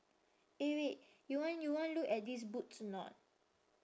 eh wait you want you want look at this boots or not